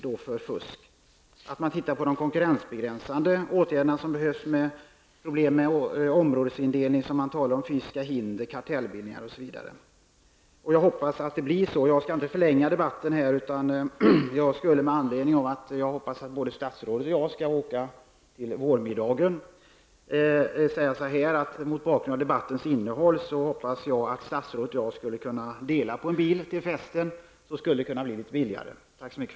Man måste se om det behövs konkurrensbegränsande åtgärder. Det finns problem med områdesindelning, man talar om fysiska hinder och kartellbildningar osv. Jag skall inte här förlänga debatten, eftersom väl både statsrådet och jag skall åka till vårmiddagen. Mot bakgrund av debattens innehåll hoppas jag att statsrådet och jag skulle kunna dela på en bil till festen, så att det skulle kunna bli litet billigare. Tack för ordet.